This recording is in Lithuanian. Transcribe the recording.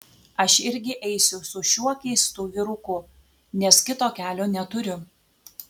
aš irgi eisiu su šiuo keistu vyruku nes kito kelio neturiu